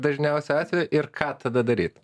dažniausiu atveju ir ką tada daryt